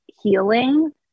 healing